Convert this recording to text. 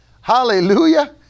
hallelujah